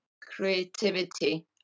Creativity